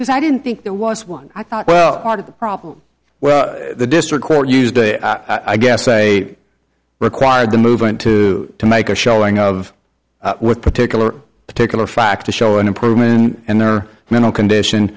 because i didn't think there was one i thought well part of the problem well the district court used a i guess a required the movement to to make a showing of particular particular fact to show an improvement in their mental condition